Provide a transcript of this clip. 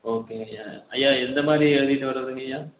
okay ஐயா ஐயா எந்தமாதிரி எழுதிட்டு வர்றதுங்க ஐயா